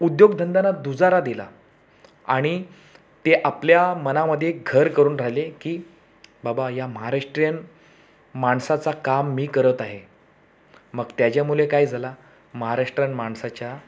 उद्योगधंदांना दुजारा दिला आणि ते आपल्या मनामध्ये घर करून राहिले की बाबा ह्या महाराष्ट्रीयन माणसाचा काम मी करत आहे मग त्याच्यामुळे काय झाला महाराष्ट्रन माणसाच्या